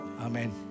Amen